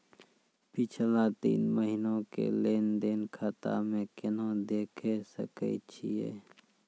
पिछला तीन महिना के लेंन देंन खाता मे केना देखे सकय छियै?